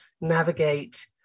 navigate